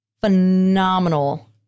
phenomenal